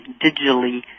digitally